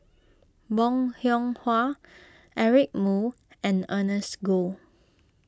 Bong Hiong Hwa Eric Moo and Ernest Goh